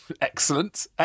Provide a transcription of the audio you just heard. excellent